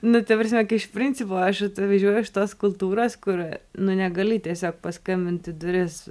nu ta prasme kai iš principo aš atvažiuoju iš tos kultūros kur nu negali tiesiog paskambint į duris